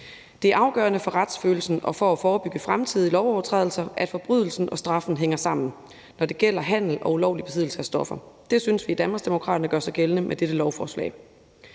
Det er afgørende for retsfølelsen og for at forebygge fremtidige lovovertrædelser, at forbrydelsen og straffen hænger sammen, når det gælder handel med og ulovlig besiddelse af stoffer. Det synes vi i Danmarksdemokraterne gør sig gældende med dette lovforslag.